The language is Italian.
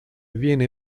viene